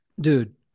dude